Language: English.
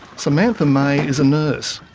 samantha may is a nurse.